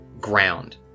ground